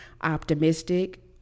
optimistic